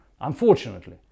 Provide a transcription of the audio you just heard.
Unfortunately